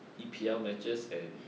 E_P_L matches and